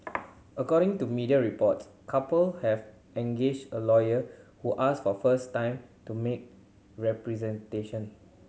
according to media reports couple has engaged a lawyer who asked for time to make representation